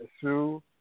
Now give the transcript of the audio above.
Sue